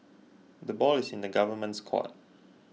the ball is in the government's court